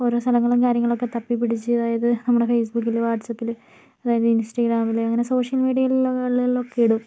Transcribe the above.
ഓരോ സ്ഥലങ്ങളും കാര്യങ്ങളൊക്കെ തപ്പി പിടിച്ച് അതായത് നമ്മുടെ ഫേസ്ബുക്കിൽ വാട്സപ്പില് അതായത് ഇൻസ്റ്റാഗ്രാമിൽ അങ്ങനെ സോഷ്യൽ മീഡിയകളിലൊക്കെ ഇടും